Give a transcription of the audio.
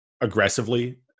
aggressively